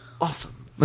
awesome